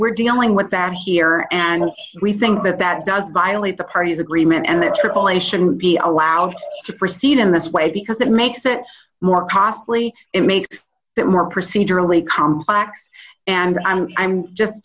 we're dealing with that here and we think that that does violate the party's agreement and that aaa shouldn't be allowed to proceed in this way because that makes it more costly and makes it more procedurally complex and i'm i'm just